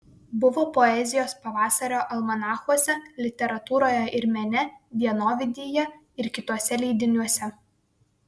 buvo poezijos pavasario almanachuose literatūroje ir mene dienovidyje ir kituose leidiniuose